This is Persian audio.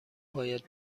باید